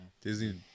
Disney